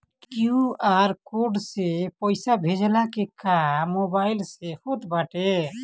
QR code से पईसा भेजला के काम मोबाइल से होत बाटे